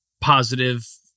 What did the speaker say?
positive